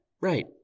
right